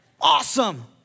Awesome